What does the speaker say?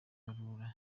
ibarura